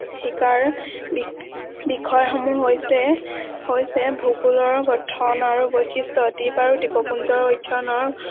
শিকাৰ বিষয়সমূহ হৈছে হৈছে ভূগোলৰ গঠন আৰু বৈশিষ্ট্য দ্বীপ আৰু দ্বীপপুঞ্জৰ অধ্যয়নৰ